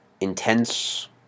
intense